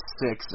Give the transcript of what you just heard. six